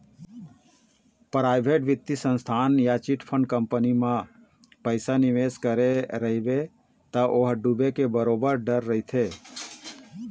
private बित्तीय संस्था या चिटफंड कंपनी मन म पइसा निवेस करे रहिबे त ओ ह डूबे के बरोबर डर रहिथे